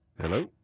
Hello